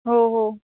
हो हो